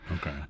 Okay